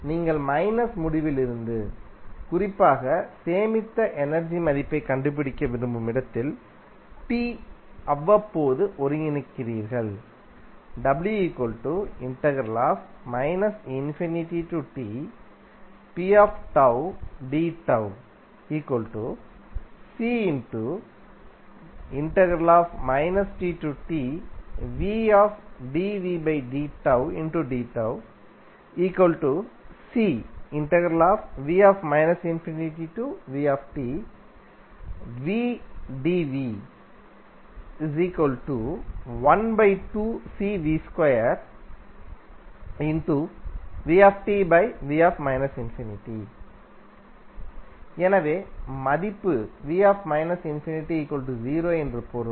நீங்கள் மைனஸ் முடிவிலியிலிருந்து குறிப்பாக சேமித்த எனர்ஜி மதிப்பைக் கண்டுபிடிக்க விரும்பும் இடத்தில் t அவ்வப்போது ஒருங்கிணைக்கிறீர்கள் எனவே மதிப்பு என்று பொருள்